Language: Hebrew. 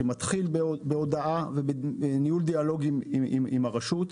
הוא מתחיל בהודעה ובניהול דיאלוג עם הרשות.